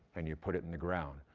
and you put it in the ground,